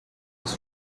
was